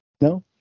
No